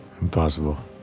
Impossible